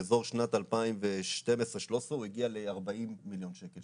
באזור שנת 2012-2013 הוא הגיע ל-40 מיליון שקלים.